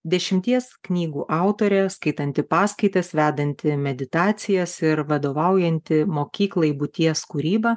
dešimties knygų autorė skaitanti paskaitas vedanti meditacijas ir vadovaujanti mokyklai būties kūryba